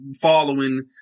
following